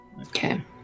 Okay